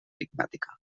enigmàtica